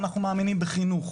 שהם מאמינים בחינוך.